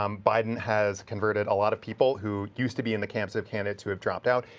um biden has converted a lot of people who used to be in the camps of candidates who have dropped out.